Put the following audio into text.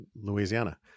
Louisiana